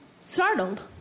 startled